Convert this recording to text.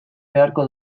beharko